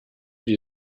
die